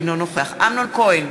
אינו נוכח אמנון כהן,